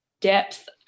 depth